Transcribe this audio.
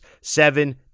Seven